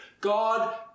God